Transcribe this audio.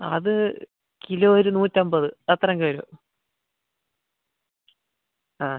അത് കിലോ ഒരു നൂറ്റി അമ്പത് അത്രയൊക്കെ വരും ആ